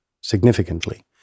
significantly